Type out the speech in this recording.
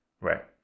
Right